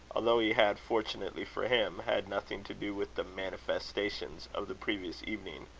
although he had, fortunately for him, had nothing to do with the manifestations of the previous evening,